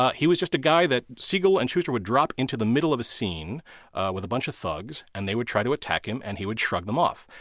ah he was just a guy that siegel and shuster would drop into the middle of a scene with a bunch of thugs and they would try to attack him and he would shrug them off.